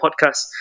podcast